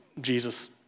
Jesus